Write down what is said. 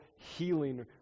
healing